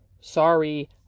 Sorry